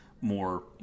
more